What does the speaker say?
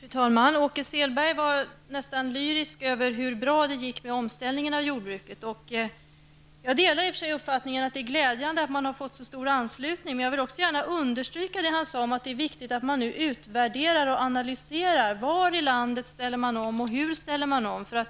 Fru talman! Åke Selberg var nästan lyrisk över hur bra det gick med omställningen av jordbruket. Jag delar i och för sig uppfattningen att det är glädjande att det har blivit en så stor anslutning. Men jag vill understryka att det är viktigt att utvärdera och analysera var i landet som det sker en omställning och hur det går till.